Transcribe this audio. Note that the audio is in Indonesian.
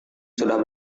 sudah